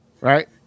right